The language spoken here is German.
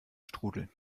strudel